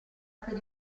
per